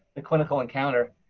the clinical encounter.